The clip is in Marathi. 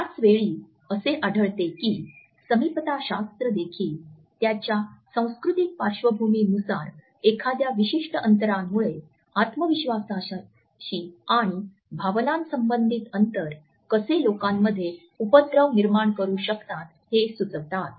त्याच वेळी असे आढळते की समीपता शास्त्र प्रॉक्सिमिक्स देखील त्यांच्या सांस्कृतिक पार्श्वभूमी नुसार एखाद्या विशिष्ट अंतरांमुळे आत्मविश्वासाशी आणि भावनांसंबंधित अंतर कसे लोकांमध्ये उपद्रव निर्माण करू शकतात हे सुचवतात